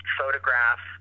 photograph